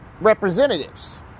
representatives